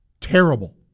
Terrible